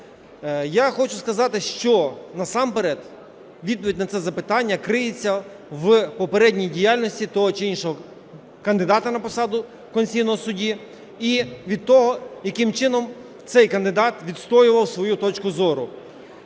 Я хочу сказати, що насамперед відповідь на це запитання криється в попередній діяльності того чи іншого кандидата на посаду конституційного судді і від того, яким чином цей кандидат відстоював свою точку зору.